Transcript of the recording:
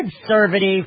conservative